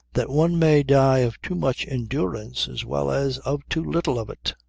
that one may die of too much endurance as well as of too little of it.